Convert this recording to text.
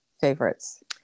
favorites